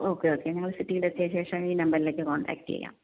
okay okay ഞങ്ങൾ സിറ്റിയിലെത്തിയതിനു ശേഷം ഈ നമ്പറിലേയ്ക്ക് കോൺടാക്ട് ചെയ്യാം